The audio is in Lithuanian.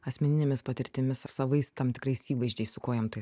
asmeninėmis patirtimis ar savais tam tikrais įvaizdžiais su kuo jam tai